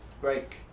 break